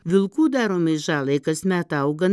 vilkų daromai žalai kasmet augan